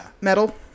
metal